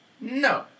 No